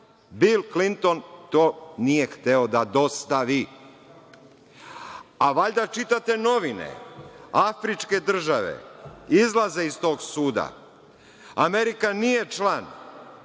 Bil Klinton to nije hteo da dostavi. A valjda čitate novine, afričke države izlaze iz tog suda, Amerika nije član,